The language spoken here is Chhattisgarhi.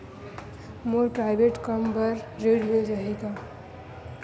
मोर प्राइवेट कम बर ऋण मिल जाही का?